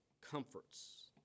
comforts